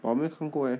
but 我没有看过 eh